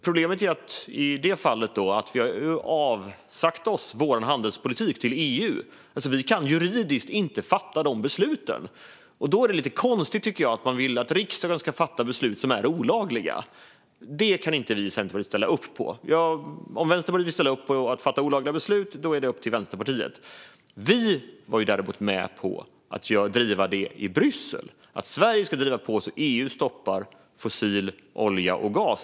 Problemet i det fallet är att vi har avsagt oss vår handelspolitik till EU, så vi kan juridiskt inte fatta de besluten. Jag tycker att det är lite konstigt att man vill att riksdagen ska fatta beslut som är olagliga. Det kan inte vi i Centerpartiet ställa upp på, men om Vänsterpartiet vill ställa upp på att fatta olagliga beslut är det upp till Vänsterpartiet. Vi var däremot med på att driva detta i Bryssel. Vi vill att Sverige ska driva på så att EU stoppar fossil olja och gas.